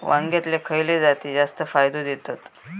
वांग्यातले खयले जाती जास्त फायदो देतत?